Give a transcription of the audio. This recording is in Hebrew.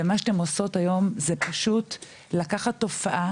ומה שאתן עושות היום זה פשוט לקחת תופעה